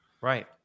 Right